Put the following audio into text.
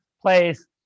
place